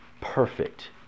perfect